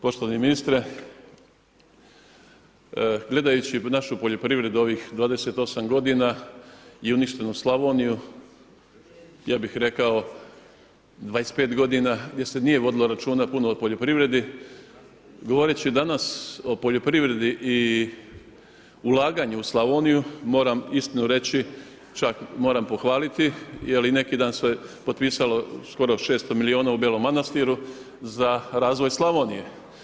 Poštovani ministre, gledajući našu poljoprivredu ovih 28 godina i uništenu Slavoniju, ja bih rekao 25 godina gdje se nije vodilo računa puno o poljoprivredi, govoreći danas o poljoprivredi i ulaganju u Slavoniju moram iskreno reći, čak moram pohvaliti jer i neki dan se potpisalo skoro 600 milijuna u Belom manastiru za razvoj Slavonije.